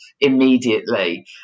immediately